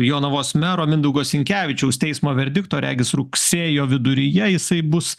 jonavos mero mindaugo sinkevičiaus teismo verdikto regis rugsėjo viduryje jisai bus